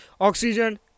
oxygen